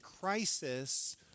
crisis